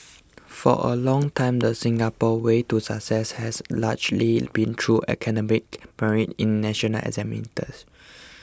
for a long time the Singapore way to success has largely been through academic merit in national examinations